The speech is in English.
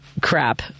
crap